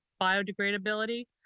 biodegradability